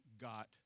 got